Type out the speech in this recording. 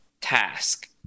task